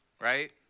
Right